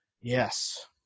Yes